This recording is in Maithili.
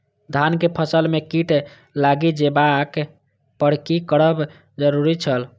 धान के फसल में कीट लागि जेबाक पर की करब जरुरी छल?